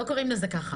לא קוראים לזה ככה.